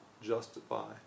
justify